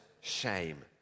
shame